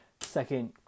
Second